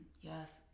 Yes